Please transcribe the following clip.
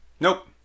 Nope